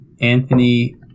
Anthony